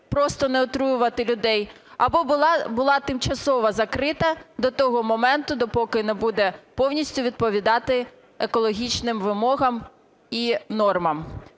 просто не отруювати людей, або була тимчасово закрита до того моменту, допоки не буде повністю відповідати екологічним вимогам і нормам.